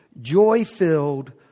joy-filled